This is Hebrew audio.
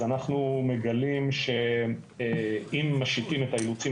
אז אנחנו מגלים שאם משיתים את האילוצים